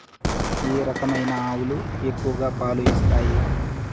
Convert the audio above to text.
ఏ రకమైన ఆవులు ఎక్కువగా పాలు ఇస్తాయి?